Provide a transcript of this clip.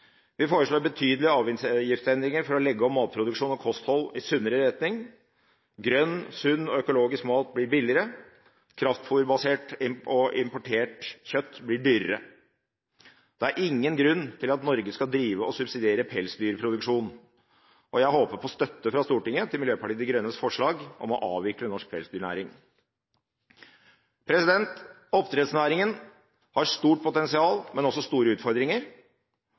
Vi foreslår betydelige avgiftsendringer for å legge om matproduksjon og kosthold i sunnere retning. Grønn, sunn og økologisk mat blir billigere, kraftfôrbasert og importert kjøtt blir dyrere. Det er ingen grunn til at Norge skal drive og subsidiere pelsdyrproduksjon, og jeg håper på støtte fra Stortinget til Miljøpartiet De Grønnes forslag om å avvikle norsk pelsdyrnæring. Oppdrettsnæringen har stort potensial, men også store utfordringer,